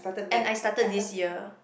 and I started this year